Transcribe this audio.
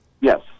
Yes